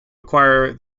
acquire